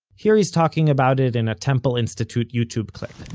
here he's talking about it in a temple institute youtube clip